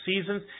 seasons